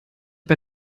bei